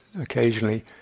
occasionally